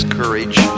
courage